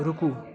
रूकू